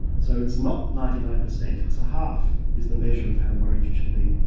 so it's not ninety nine percent, it's a half is the measure of how worried you should be.